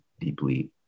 deeply